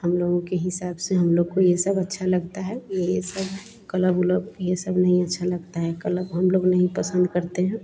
हमलोगों के हिसाब से हमलोग को यह सब अच्छा लगता है यह सब क्लब उलब यह सब नहीं अच्छा लगता है क्लब हमलोग नहीं पसन्द करते हैं